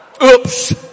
Oops